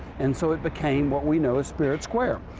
and so it became what we know as spirit square.